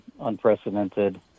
unprecedented